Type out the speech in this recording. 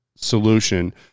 solution